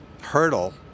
hurdle